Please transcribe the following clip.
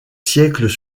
siècles